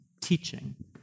teaching